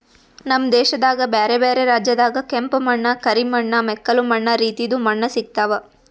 ನಮ್ ದೇಶದಾಗ್ ಬ್ಯಾರೆ ಬ್ಯಾರೆ ರಾಜ್ಯದಾಗ್ ಕೆಂಪ ಮಣ್ಣ, ಕರಿ ಮಣ್ಣ, ಮೆಕ್ಕಲು ಮಣ್ಣ ರೀತಿದು ಮಣ್ಣ ಸಿಗತಾವ್